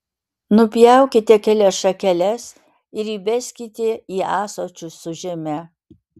nupjaukite kelias šakeles ir įbeskite į ąsočius su žeme